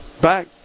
back